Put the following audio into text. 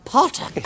Potter